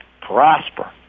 prosper